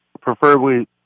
preferably